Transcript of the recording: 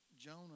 Jonah